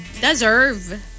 Deserve